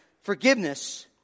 forgiveness